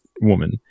woman